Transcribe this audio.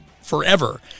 forever